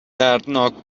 دردناک